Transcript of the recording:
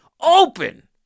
Open